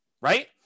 Right